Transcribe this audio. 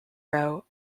row